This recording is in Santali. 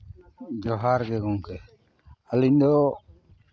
ᱡᱚᱦᱟᱨ ᱜᱮ ᱜᱚᱢᱠᱮ ᱟᱹᱞᱤᱧ ᱫᱚ